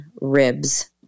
ribs